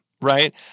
right